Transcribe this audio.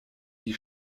die